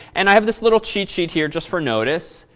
and i have this little cheat sheet here just for notice.